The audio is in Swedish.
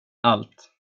allt